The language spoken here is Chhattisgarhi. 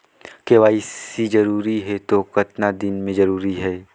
के.वाई.सी जरूरी हे तो कतना दिन मे जरूरी है?